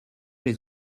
les